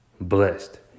blessed